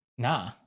Nah